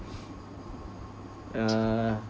uh